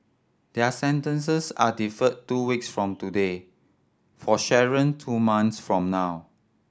their sentences are deferred two weeks from today for Sharon two month from now